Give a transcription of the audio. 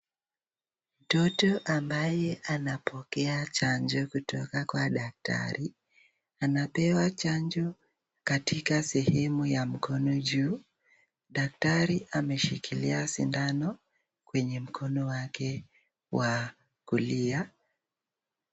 Mtoto ambaye anapokea chanjo kutoka kwa daktari, anapewa chanjo katika sehemu ya mkono juu, daktari ameshikilia sindano kwenye mkono wake wa kulia.